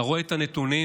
אתה רואה את הנתונים,